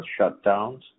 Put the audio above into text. shutdowns